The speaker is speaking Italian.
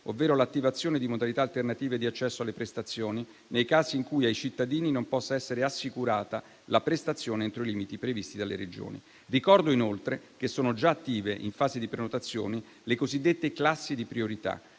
ovvero l'attivazione di modalità alternative di accesso alle prestazioni nei casi in cui ai cittadini non possa essere assicurata la prestazione entro i limiti previsti dalle Regioni. Ricordo inoltre che sono già attive in fase di prenotazione le cosiddette classi di priorità,